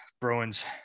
Bruins